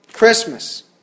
Christmas